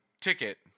ticket